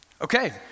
Okay